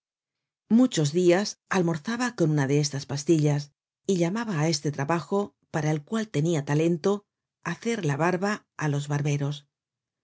muchos dias almorzaba con una de estas pastillas y llamaba áeste trabajo para el cual tenia talento hacer la barba á los barberos